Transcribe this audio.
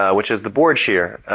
ah which is the board shear.